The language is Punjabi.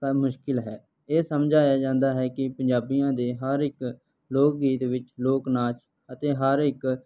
ਤਾਂ ਮੁਸ਼ਕਿਲ ਹੈ ਇਹ ਸਮਝਾਇਆ ਜਾਂਦਾ ਹੈ ਕਿ ਪੰਜਾਬੀਆਂ ਦੇ ਹਰ ਇੱਕ ਲੋਕ ਗੀਤ ਵਿੱਚ ਲੋਕ ਨਾਚ ਅਤੇ ਹਰ ਇੱਕ